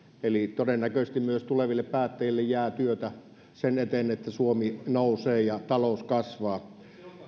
eli todennäköisesti myös tuleville päättäjille jää työtä sen eteen että suomi nousee ja talous kasvaa